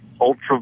Ultra